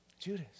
Judas